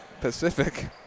Pacific